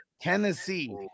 Tennessee